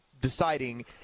deciding